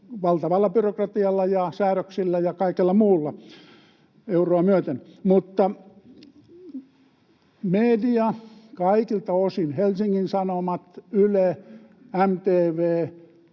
valtavalla byrokratialla ja säädöksillä ja kaikella muulla, euroa myöten. Mutta media kaikilta osin, Helsingin Sanomat, Yle, MTV,